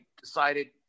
decided